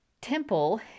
temple